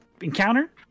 encounter